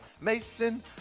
Mason